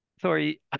Sorry